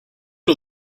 got